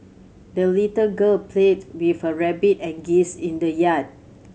the little girl played with her rabbit and geese in the yard